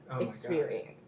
experience